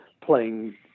playing